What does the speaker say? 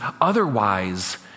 Otherwise